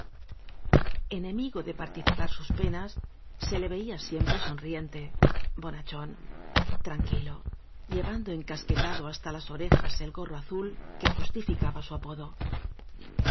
enemigo de participar sus penas se le veía siempre sonriente bonachón tranquilo lle vando encasquetado hasta las orejas el gorro azul que justificaba su apodo